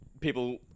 People